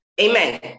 Amen